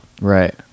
right